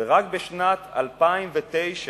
ורק בשנת 2009,